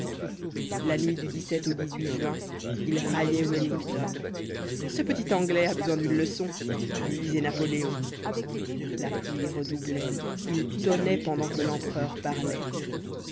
la nuit du au juin il raillait wellington ce petit anglais a besoin d'une leçon disait napoléon la pluie redoublait il tonnait pendant que l'empereur parlait